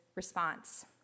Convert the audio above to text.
response